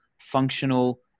functional